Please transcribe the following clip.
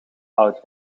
oud